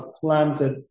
planted